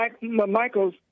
Michael's